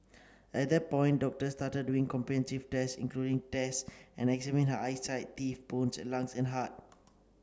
at that point doctors started doing comprehensive tests including tests and examine her eyesight teeth bones lungs and heart